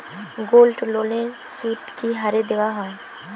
গোল্ডলোনের সুদ কি হারে দেওয়া হয়?